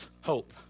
hope